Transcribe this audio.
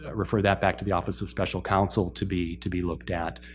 ah refer that back to the office of special counsel to be to be looked at,